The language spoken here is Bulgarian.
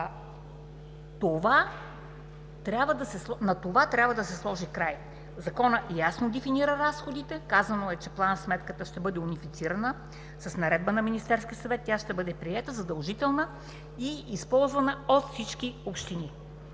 това трябва да се сложи край! Законът ясно дефинира разходите. Казано е, че план-сметката ще бъде унифицирана с наредба на Министерския съвет. Тя ще бъде приета, задължителна и използвана от всички общини.